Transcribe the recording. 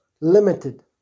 limited